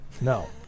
No